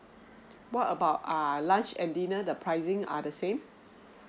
what about err lunch and dinner the pricing are the same